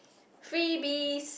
freebies